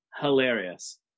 hilarious